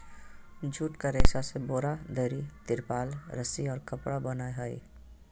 jute के रेशा से बोरा, दरी, तिरपाल, रस्सि और कपड़ा बनय हइ